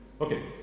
Okay